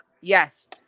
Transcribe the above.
Yes